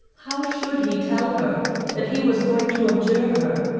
how should he tell her that he was going to abjure her,